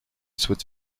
souhaite